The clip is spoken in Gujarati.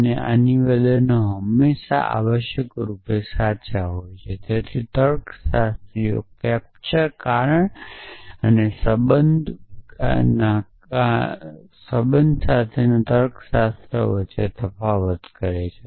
અને આ નિવેદનો હંમેશાં આવશ્યક રૂપે સાચા હોય છે તેથી તર્કશાસ્ત્રીઓ કેપ્ચર કારણ અને સંબંધ સાથેના તર્કશાસ્ત્ર વચ્ચે તફાવત કરે છે